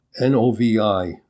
NovI